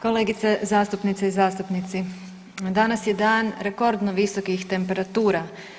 Kolegice zastupnice i zastupnici, danas je dan rekordno visokih temperatura.